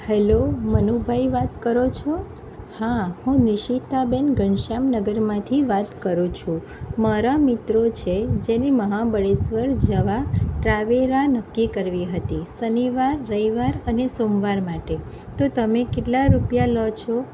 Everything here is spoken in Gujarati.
હેલ્લો મનુભાઈ વાત કરો છો હા હું નિશિતાબેન ઘનશ્યામનગરમાંથી વાત કરું છું મારા મિત્રો છે જેની મહાબળેશ્વર જવા ટ્રાવેરા નક્કી કરવી હતી શનિવાર રવિવાર અને સોમવાર માટે તો તમે કેટલા રૂપિયા લો છો